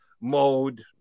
mode